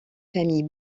famille